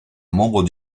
membre